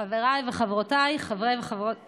חבריי וחברותיי חברי וחברות הכנסת,